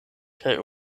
kaj